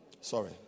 Sorry